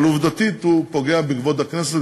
אבל עובדתית הוא פוגע בכבוד הכנסת,